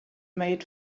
made